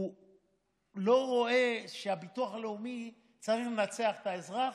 הוא לא רואה שהביטוח הלאומי צריך לנצח את האזרח,